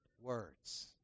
words